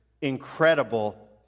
incredible